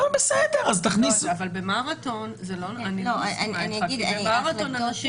אני לא מסכימה אתך כי במרתון אנשים עומדים צמודים.